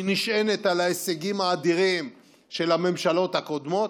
היא נשענת על ההישגים האדירים של הממשלות הקודמות,